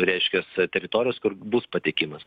reiškias teritorijos kur bus patikimas